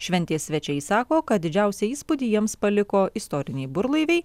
šventės svečiai sako kad didžiausią įspūdį jiems paliko istoriniai burlaiviai